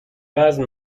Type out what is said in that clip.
وزن